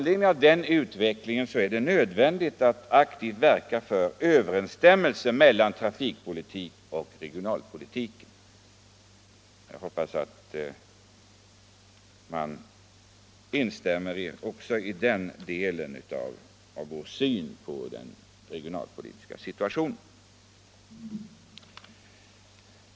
—-- Det är därför nödvändigt att aktivt verka för överensstämmelse mellan trafikpolitiken och regionalpolitiken.” Jag hoppas att man instämmer också i den delen av vår syn på den regionalpolitiska situationen.